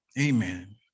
amen